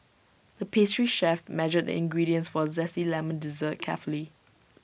the pastry chef measured the ingredients for A Zesty Lemon Dessert carefully